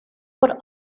but